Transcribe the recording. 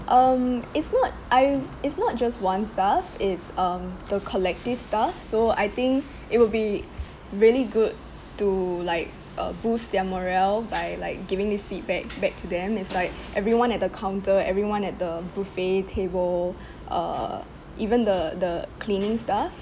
um it's not I it's not just one staff is um the collective staff so I think it will be really good to like uh boost their morale by like giving this feedback back to them is like everyone at the counter everyone at the buffet table uh even the the cleaning staff